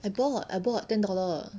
I bought I bought ten dollar